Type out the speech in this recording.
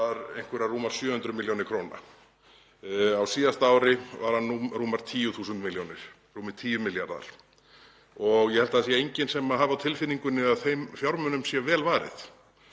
var rúmar 700 millj. kr. Á síðasta ári var hann rúmar 10.000 milljónir, rúmir 10 milljarðar. Ég held að það sé enginn sem hafi á tilfinningunni að þeim fjármunum sé vel varið.